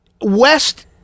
West